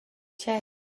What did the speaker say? checked